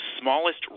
smallest